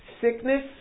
sickness